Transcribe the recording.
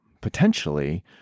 potentially